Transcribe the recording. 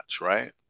right